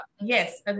Yes